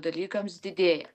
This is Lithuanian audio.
dalykams didėja